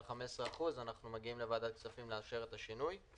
15% אנחנו מגיעים לוועדת הכספים לאשר את השינוי.